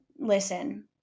listen